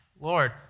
Lord